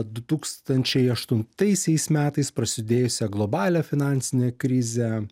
du tūkstančiai aštuntaisiais metais prasidėjusią globalią finansinę krizę